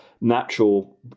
natural